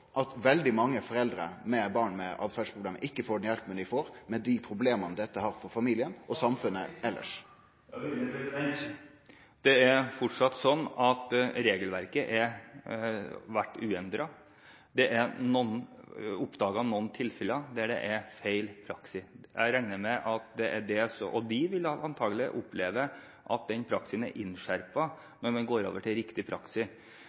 at veldig mange foreldre med barn med åtferdsproblem ikkje får den hjelpa dei treng, med dei problema dette medfører for familiane og for samfunnet elles. Det er fortsatt slik at regelverket er uendret. Det er oppdaget noen tilfeller med feil praksis. De vil antakelig oppleve at praksisen er innskjerpet når man går over til riktig praksis.